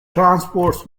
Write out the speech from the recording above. transports